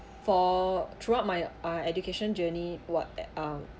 for throughout my uh education journey what at~ um